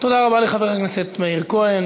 תודה רבה לחבר הכנסת מאיר כהן.